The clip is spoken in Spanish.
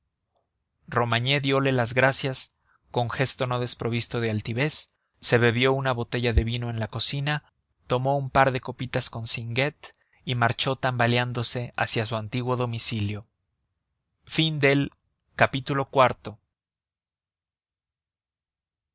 romagné diole las gracias con gesto no desprovisto de altivez se bebió una botella de vino en la cocina tomó un par de copitas con singuet y marchó tambaleándose hacia su antiguo domicilio v